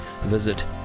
visit